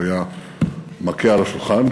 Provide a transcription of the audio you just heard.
הוא היה מכה על השולחן.